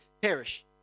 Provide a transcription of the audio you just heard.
perish